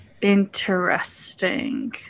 Interesting